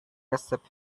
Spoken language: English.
except